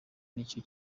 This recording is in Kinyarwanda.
nicyo